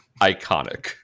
Iconic